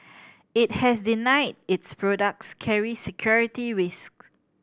it has denied its products carry security risk